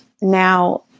now